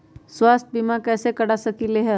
स्वाथ्य बीमा कैसे करा सकीले है?